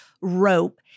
rope